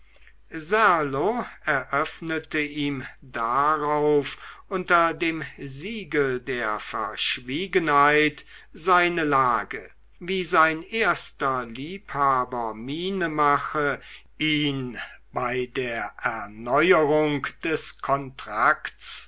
eröffnete ihm darauf unter dem siegel der verschwiegenheit seine lage wie sein erster liebhaber miene mache ihn bei der erneuerung des kontrakts